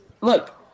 look